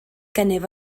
gennyf